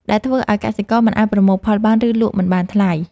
ដែលធ្វើឱ្យកសិករមិនអាចប្រមូលផលបាន ឬលក់មិនបានថ្លៃ។